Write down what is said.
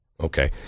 Okay